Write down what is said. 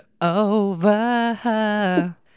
over